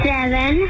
Seven